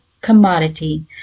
commodity